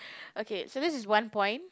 okay so this is one point